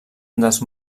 dels